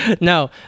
no